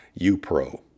UPRO